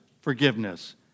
forgiveness